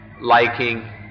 liking